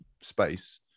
space